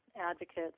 advocates